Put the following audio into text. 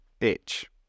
itch